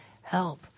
help